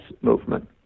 movement